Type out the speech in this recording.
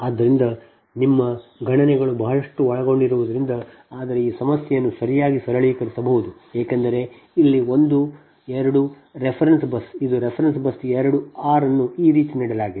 ಆದ್ದರಿಂದ ನಿಮ್ಮ ಗಣನೆಗಳು ಬಹಳಷ್ಟು ಒಳಗೊಂಡಿರುವುದರಿಂದ ಆದರೆ ಈ ಸಮಸ್ಯೆಯನ್ನು ಸರಿಯಾಗಿ ಸರಳೀಕರಿಸಬಹುದು ಏಕೆಂದರೆ ಇಲ್ಲಿ ಒಂದು 2 ರೆಫರೆನ್ಸ್ ಬಸ್ ಇದು ರೆಫರೆನ್ಸ್ ಬಸ್ 2 ಆರ್ ಅನ್ನು ಈ ರೀತಿ ನೀಡಲಾಗಿದೆ